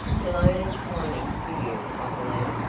cologne is pining for you, i believe.